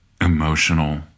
emotional